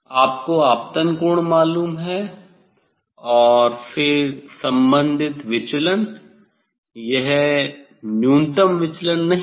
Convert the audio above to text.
आपको आपतन कोण मालूम है और फिर संबंधित विचलन यह न्यूनतम विचलन नहीं है